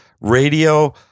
Radio